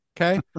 okay